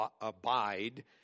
abide